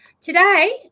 Today